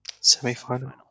Semi-final